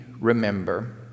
remember